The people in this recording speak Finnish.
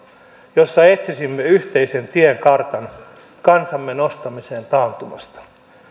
jossa etsisimme yhteisen tiekartan kansamme nostamiseen taantumasta